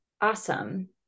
Awesome